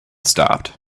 stopped